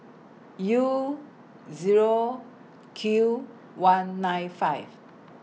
U Zero Q one nine five